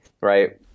right